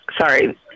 sorry